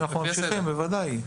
בוודאי.